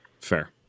fair